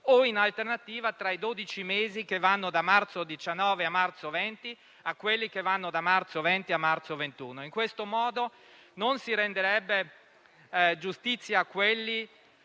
o, in alternativa, tra i dodici mesi che vanno da marzo 2019 a marzo 2020, a quelli che vanno da marzo 2020 a marzo 2021. In questo modo non si renderebbe giustizia a coloro